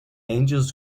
angelis